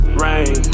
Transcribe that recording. rain